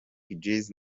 giggs